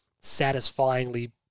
satisfyingly